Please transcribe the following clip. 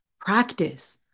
practice